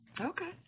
okay